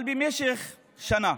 אבל במשך שנה